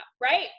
right